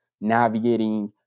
navigating